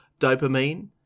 dopamine